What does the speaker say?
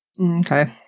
Okay